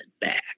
back